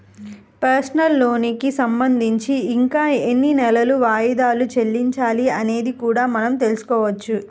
personal లోనుకి సంబంధించి ఇంకా ఎన్ని నెలలు వాయిదాలు చెల్లించాలి అనేది కూడా మనం తెల్సుకోవచ్చు